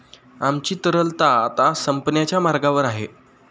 आमची तरलता आता संपण्याच्या मार्गावर आहे